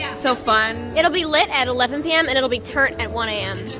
yeah so fun it'll be lit at eleven p m, and it'll be turnt at one a m.